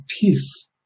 peace